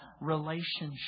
relationship